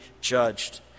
judged